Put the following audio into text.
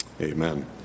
Amen